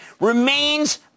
remains